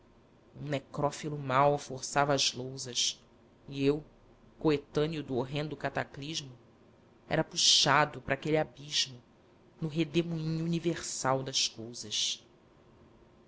necrófilo mau forçava as lousas e eu coetâneo do horrendo cataclismo era puxado para aquele abismo no redemoinho universal das cousas